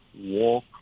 walk